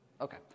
Okay